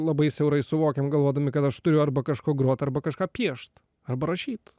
labai siaurai suvokiam galvodami kad aš turiu arba kažkuo groti arba kažką piešt arba rašyt